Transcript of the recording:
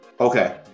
Okay